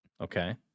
Okay